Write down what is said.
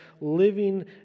living